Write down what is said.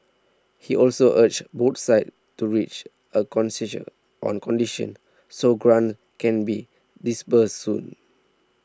he also urged both sides to reach a consensus on conditions so grants can be disbursed soon